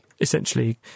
essentially